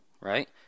right